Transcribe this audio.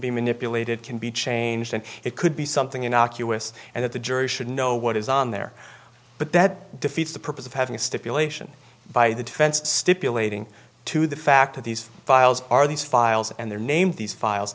be manipulated can be changed and it could be something innocuous and that the jury should know what is on there but that defeats the purpose of having a stipulation by the defense stipulating to the fact that these files are these files and they're named these files